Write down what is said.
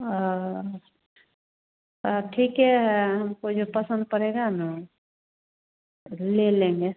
और तो ठीक है हमको जो पसंद पड़ेगा न ले लेंगे